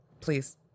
Please